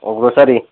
অঁ গ্ৰচাৰী